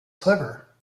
clever